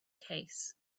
case